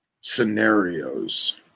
scenarios